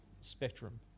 spectrum